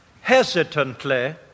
hesitantly